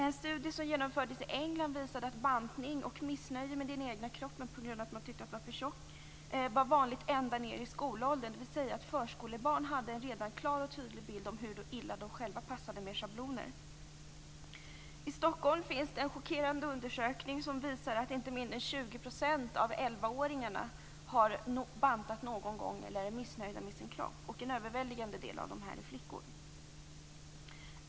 En studie som genomfördes i England visar att bantning och missnöje med den egna kroppen på grund av att man tyckte att man var för tjock var vanligt ända ned i skolåldern, dvs. att förskolebarn redan hade en klar och tydlig bild av hur illa de själva passade med schabloner. I Stockholm visar en chockerande undersökning att inte mindre än 20 % av 11 åringarna har bantat någon gång eller är missnöjda med sin kropp. En överväldigande del av dem är flickor.